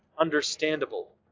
understandable